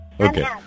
Okay